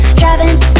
driving